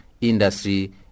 industry